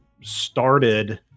started